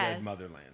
motherland